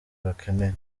bakeneye